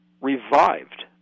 revived